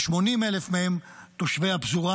ו-80,000 מהם תושבי הפזורה,